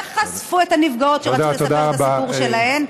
וחשפו את הנפגעות שרצו לספר את הסיפור שלהן.